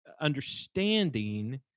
understanding